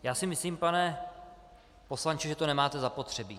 Já si myslím, pane poslanče, že to nemáte zapotřebí.